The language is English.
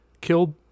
killed